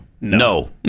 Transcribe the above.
No